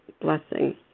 blessing